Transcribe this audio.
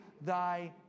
thy